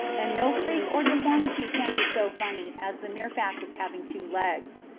and no freak or deformity can be so funny as the mere fact of having two legs.